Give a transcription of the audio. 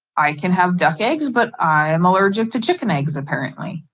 i can have duck eggs but i am allergic to chicken eggs apparently.